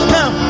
Come